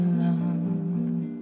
love